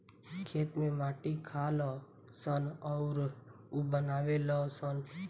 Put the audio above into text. इ खेत में माटी खालऽ सन अउरऊ बनावे लऽ सन